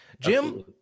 Jim